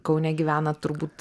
kaune gyvenat turbūt